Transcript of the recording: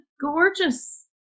gorgeous